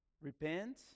Repent